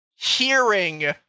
hearing